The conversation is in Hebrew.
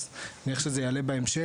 אז אני חושב שזה יעלה בהמשך,